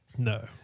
No